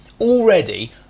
already